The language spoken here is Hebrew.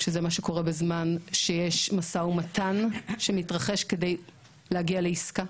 שזה מה שקורה בזמן שיש משא ומתן שמתרחש כדי להגיע לעסקה.